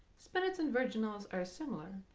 spinets and virginals are similar,